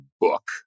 book